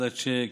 הפקדת צ'ק,